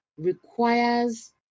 requires